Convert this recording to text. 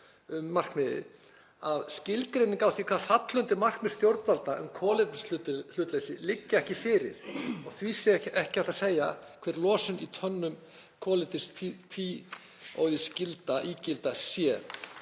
um markmiðið að skilgreining á því hvað falli undir markmið stjórnvalda um kolefnishlutleysi liggi ekki fyrir og því sé ekki hægt að segja hver losun í tonnum koldíoxíðsígilda sé.